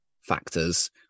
factors